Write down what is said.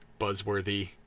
buzzworthy